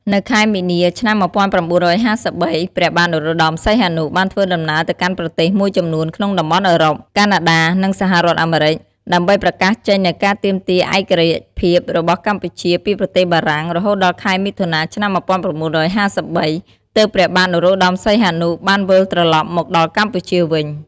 នៅខែមីនា ឆ្នាំ ១៩៥៣ ព្រះបាទ នរោត្តមសីហនុ បានធ្វើដំណើរទៅកាន់ប្រទេសមួយចំនួនក្នុងតំបន់អុឺរ៉ុប កាណាដា និង សហរដ្ឋអាមេរិក ដើម្បីប្រកាសចេញនូវការទាមទារឯករាជ្យភាពរបស់កម្ពុជាពីប្រទេសបារាំង រហូតដល់ខែមិថុនា ឆ្នាំ ១៩៥៣ ទើបព្រះបាទនរោត្តមសីហនុ បានវិលត្រឡប់មកដល់កម្ពុជាវិញ ។